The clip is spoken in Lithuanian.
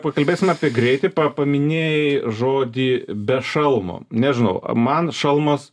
pakalbėsim apie greitį pa paminėjai žodį be šalmo nežinau man šalmas